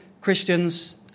Christians